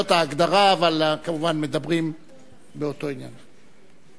זאת ההגדרה, אבל כמובן מדברים באותו עניין.